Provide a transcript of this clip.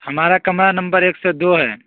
ہمارا کمرہ نمبر ایک سو دو ہے